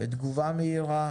ותגובה מהירה.